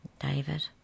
David